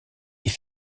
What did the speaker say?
est